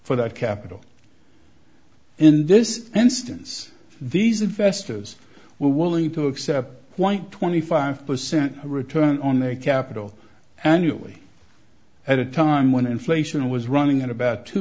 for that capital in this instance these investors were willing to accept quite twenty five percent return on their capital annually at a time when inflation was running at about two